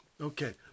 Okay